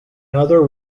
other